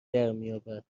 درمیابد